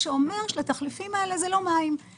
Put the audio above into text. זה אומר שהתחליפים האלה זה לא מים,